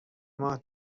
ماه